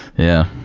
yeah,